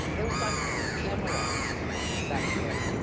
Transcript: it was like camelot back then.